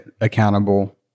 accountable